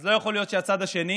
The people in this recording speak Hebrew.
אז לא יכול להיות שהצד השני